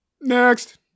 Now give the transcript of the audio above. Next